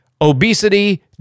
obesity